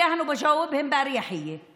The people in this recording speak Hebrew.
אני מוכנה שלאחר שאני אסיים את הנאום שלי,